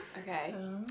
Okay